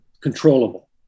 controllable